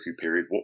period